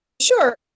Sure